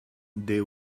they